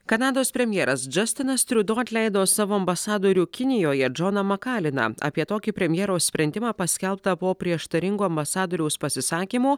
kanados premjeras džastinas triudo atleido savo ambasadorių kinijoje džoną makaliną apie tokį premjero sprendimą paskelbtą po prieštaringo ambasadoriaus pasisakymo